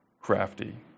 crafty